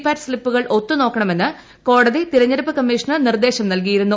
പാറ്റ് സ്ലിപ്പുകൾ ഒത്തുനോക്കണമെന്ന് ക്യോടത്രി തിരഞ്ഞെടുപ്പ് കമ്മീഷന് നിർദ്ദേശം നൽകിയിരുന്നു